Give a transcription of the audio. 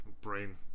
brain